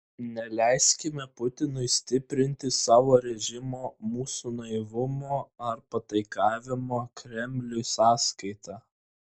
neleiskime putinui stiprinti savo režimo mūsų naivumo ar pataikavimo kremliui sąskaita